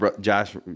Josh